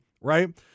right